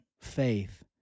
faith